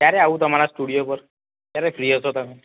ક્યારે આવું તમારા સ્ટુડિયો ઉપર ક્યારે ફ્રી હશો તમે